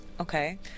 Okay